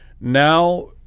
Now